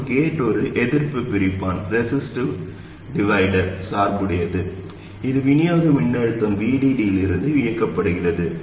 மற்றும் கேட் ஒரு எதிர்ப்பு பிரிப்பான் சார்புடையது இது விநியோக மின்னழுத்த VDD இலிருந்து இயக்கப்படுகிறது